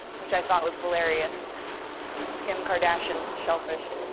which i thought was hilarious kim carr-dachshund, shellfish.